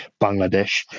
Bangladesh